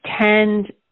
tend